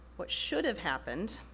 what should've happened,